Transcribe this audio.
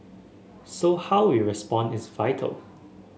so how we respond is vital